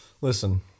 Listen